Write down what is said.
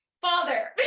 father